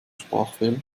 sprachfehler